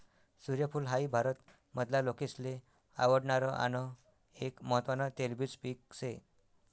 सूर्यफूल हाई भारत मधला लोकेसले आवडणार आन एक महत्वान तेलबिज पिक से